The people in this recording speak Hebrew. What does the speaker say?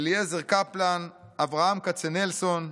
אליעזר קפלן, אברהם קצנלסון,